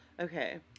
Okay